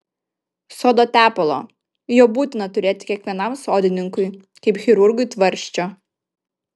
sodo tepalo jo būtina turėti kiekvienam sodininkui kaip chirurgui tvarsčio